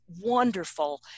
wonderful